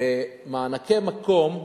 מענקי מקום,